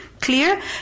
clear